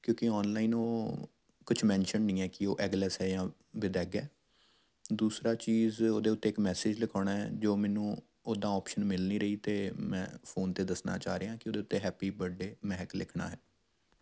ਕਿਉਂਕਿ ਔਨਲਾਈਨ ਉਹ ਕੁਛ ਮੈਨਸ਼ਨ ਨਹੀਂ ਹੈ ਕਿ ਉਹ ਐਗਲਸ ਹੈ ਜਾਂ ਵਿੱਦ ਐਗ ਹੈ ਦੂਸਰਾ ਚੀਜ਼ ਉਹਦੇ ਉੱਤੇ ਇੱਕ ਮੈਸੇਜ ਲਿਖਾਉਣਾ ਹੈ ਜੋ ਮੈਨੂੰ ਉਦਾਂ ਅੋਪਸ਼ਨ ਮਿਲ ਨਹੀਂ ਰਹੀ ਅਤੇ ਮੈਂ ਫੋਨ 'ਤੇ ਦੱਸਣਾ ਚਾਹ ਰਿਹਾਂ ਕਿ ਉਹਦੇ ਉੱਤੇ ਹੈਪੀ ਬਰਡੇ ਮਹਿਕ ਲਿਖਣਾ ਹੈ